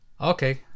Okay